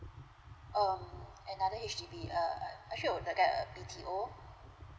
um another H_D_B err actually I would like to get a B_T_O